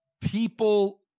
people